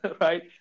right